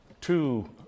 two